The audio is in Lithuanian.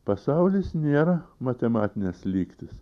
pasaulis nėra matematinės lygtys